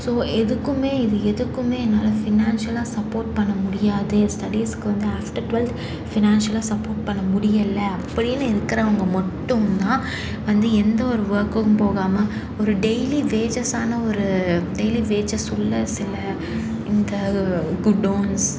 so எதுக்குமே இது எதுக்குமே என்னால் ஃபினான்ஷியலாக சப்போர்ட் பண்ண முடியாது ஸ்டடீஸ்க்கு வந்து ஆஃப்டர் டுவெல்த் ஃபினான்ஷியலாக சப்போர்ட் பண்ண முடியலை அப்படின்னு இருக்கிறவங்க மட்டும் தான் வந்து எந்த ஒரு ஒர்க்குக்கும் போகாமல் ஒரு டெய்லி வேஜஸ்ஸான ஒரு டெய்லி வேஜஸ் உள்ள சில இந்த குடோன்ஸ்